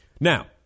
Now